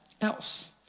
else